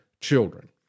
children